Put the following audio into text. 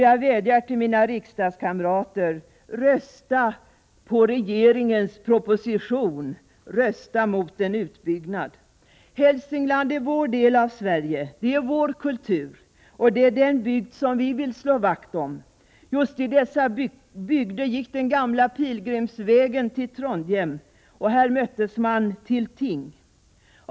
Jag vädjar till mina riksdagskamrater: Rösta på regeringens förslag, rösta mot en utbyggnad! Hälsingland är vår del av Sverige, det är vår kultur, och det är den bygd som vi vill slå vakt om. Just i dessa bygder gick den gamla pilgrimsvägen till Trondheim, och här möttes man till ting.